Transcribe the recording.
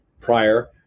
prior